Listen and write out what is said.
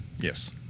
Yes